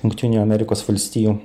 jungtinių amerikos valstijų